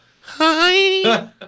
Hi